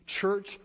church